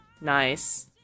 nice